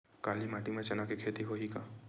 काली माटी म चना के खेती होही का?